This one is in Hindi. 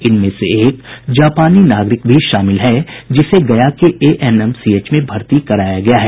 इनमें से एक जापानी नागरिक भी शामिल है जिसे गया के एएनएमसीएच में भर्ती कराया गया है